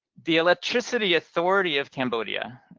the electricity authority of cambodia,